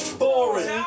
boring